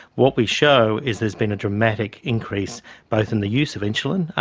what we show is there's been a dramatic increase both in the use of insulin,